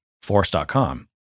force.com